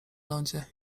lądzie